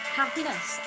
happiness